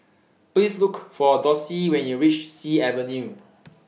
Please Look For Dossie when YOU REACH Sea Avenue